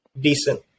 Decent